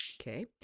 okay